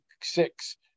six